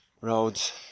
roads